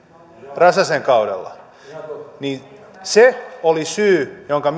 räsäsen kaudella se oli syy jonka